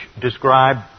describe